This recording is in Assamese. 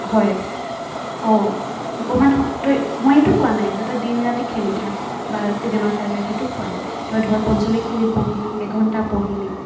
হয় অঁ অকণমান তই মই এইটো কোৱা নাই যে তই দিন ৰাতি খেলি থাক বা চিনেমা চাই থাক সেইটো কোৱা নাই তই ধৰ পঞ্চল্লিছ মিনিট পঢ়িলি এঘণ্টা পঢ়িলি